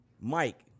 Mike